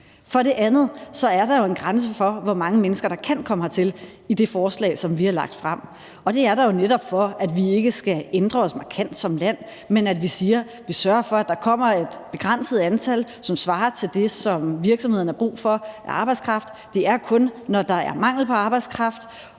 For det andet er der jo en grænse for, hvor mange mennesker der kan komme hertil, i det forslag, vi har lagt frem. Og det er der jo netop, for at vi ikke skal ændre os markant som land. Vi siger, at vi sørger for, at der kommer et begrænset antal, som svarer til det, som virksomhederne har brug for af arbejdskraft. Det er kun, når der er mangel på arbejdskraft,